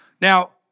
Now